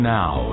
now